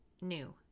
new